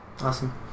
Awesome